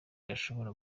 yashoboye